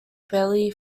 belly